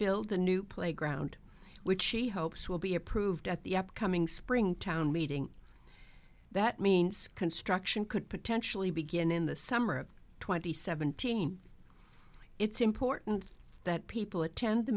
build a new playground which he hopes will be approved at the upcoming spring town meeting that means construction could potentially begin in the summer of twenty seventeen it's important that people attend